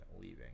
leaving